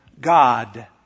God